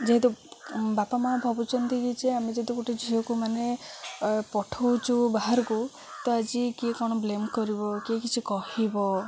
ଯେହେତୁ ବାପା ମାଆ ଭାବୁଛନ୍ତି କି ଯେ ଆମେ ଯଦି ଗୋଟେ ଝିଅକୁ ମାନେ ପଠଉଛୁ ବାହାରକୁ ତ ଆଜି କିଏ କ'ଣ ବ୍ଲେମ୍ କରିବ କିଏ କିଛି କହିବ